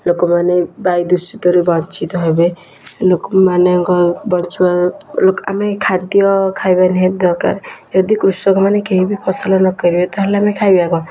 ଲୋକମାନେ ବାୟୁ ଦୂଷିତରୁ ବଞ୍ଚିତ ହେବେ ଲୋକମାନଙ୍କ ବଡ଼ଛୁଆଁର ଆମେ ଖାଦ୍ୟ ଖାଇବା ନିହାତି ଦରକାର ଯଦି କୃଷକମାନେ କେହି ବି ଫସଲ ନକରିବେ ତାହେଲେ ଆମେ ଖାଇବା କଣ